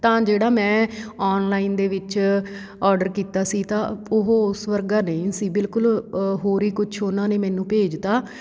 ਤਾਂ ਜਿਹੜਾ ਮੈਂ ਔਨਲਾਈਨ ਦੇ ਵਿੱਚ ਔਡਰ ਕੀਤਾ ਸੀ ਤਾਂ ਉਹ ਉਸ ਵਰਗਾ ਨਹੀਂ ਸੀ ਬਿਲਕੁਲ ਹੋਰ ਹੀ ਕੁਛ ਉਹਨਾਂ ਨੇ ਮੈਨੂੰ ਭੇਜਤਾ